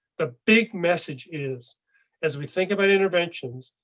the big message is as we think about interventions,